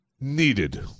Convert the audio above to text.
needed